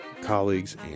colleagues